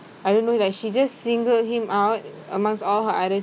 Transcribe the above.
I don't know like she just singled him out amongst all her other